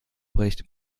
bricht